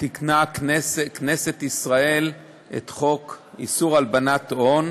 תיקנה כנסת ישראל את חוק איסור הלבנת הון,